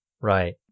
Right